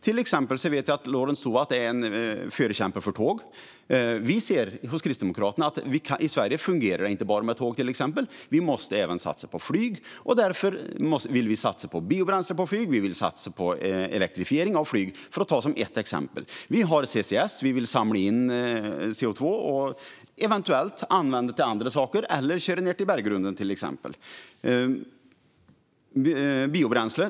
Till exempel vet jag att Lorentz Tovatt är en förkämpe för tåg. Vi kristdemokrater ser att det inte fungerar med bara tåg i Sverige. Vi måste även satsa på flyg. Därför vill vi satsa på biobränsle för flyg och elektrifiering av flyg, för att ta ett exempel. Vi har CCS. Vi vill samla in CO2 och eventuellt använda till andra saker eller köra ned det i berggrunden. Vi har biobränsle.